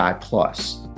plus